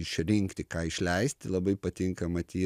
išrinkti ką išleist labai patinka matyt